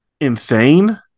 insane